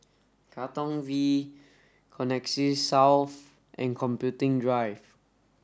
Katong V Connexis South and Computing Drive